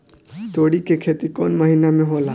तोड़ी के खेती कउन महीना में होला?